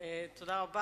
תודה רבה.